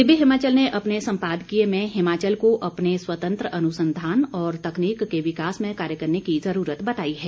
दिव्य हिमाचल ने अपने सम्पादकीय में हिमाचल को अपने स्वतंत्र अनुसंधान और तकनीक के विकास में कार्य करने की जरूरत बताई है